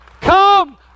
Come